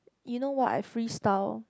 you know what I freestyle